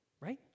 right